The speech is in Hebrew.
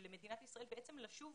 של מדינת ישראל לשוב